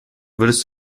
würdest